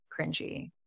cringy